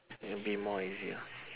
will be more easy lah